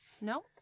No